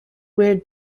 where